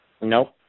Nope